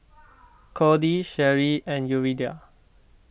Kody Sherri and Yuridia